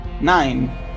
Nine